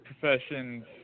professions